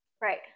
Right